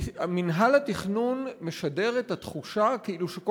מינהל התכנון משדר את התחושה כאילו כל